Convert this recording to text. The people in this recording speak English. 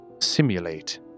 simulate